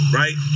right